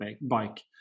bike